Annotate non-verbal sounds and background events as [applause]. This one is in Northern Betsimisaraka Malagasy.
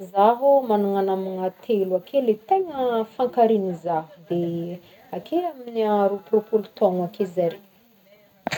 Zaho magnagna namagna telo ake le tegna minkarigny zaho, ake amin'ny [hesitation] roap- roapolo taogno ake zare.